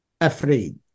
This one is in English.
afraid